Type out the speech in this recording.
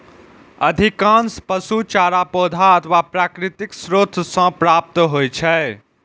अधिकांश पशु चारा पौधा अथवा प्राकृतिक स्रोत सं प्राप्त होइ छै